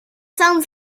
sounds